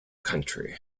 country